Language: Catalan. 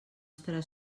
estarà